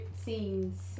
scenes